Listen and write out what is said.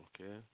Okay